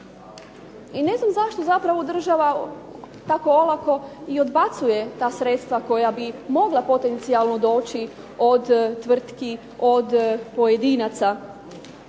i ne znam zašto zapravo država tako olako i odbacuje ta sredstva koja bi mogla potencijalno doći od tvrtki, od pojedinaca.